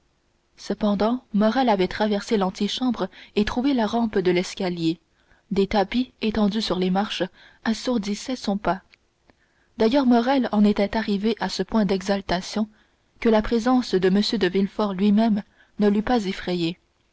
cependant morrel avait traversé l'antichambre et trouvé la rampe de l'escalier des tapis étendus sur les marches assourdissaient son pas d'ailleurs morrel en était arrivé à ce point d'exaltation que la présence de m de villefort lui-même ne l'eût pas effrayé